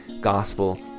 gospel